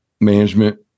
management